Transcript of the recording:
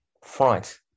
front